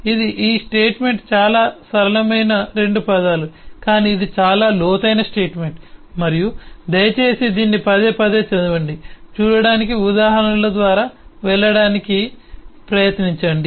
ఇది ఈ స్టేట్మెంట్ చాలా సరళమైన రెండు పదాలు కానీ ఇది చాలా లోతైన స్టేట్మెంట్ మరియు దయచేసి దీన్ని పదే పదే చదవండి చూడటానికి ఉదాహరణల ద్వారా వెళ్ళడానికి ప్రయత్నించండి